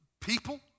People